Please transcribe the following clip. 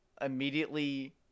immediately